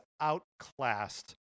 outclassed